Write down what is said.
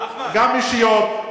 גם אישיות,